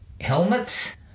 helmets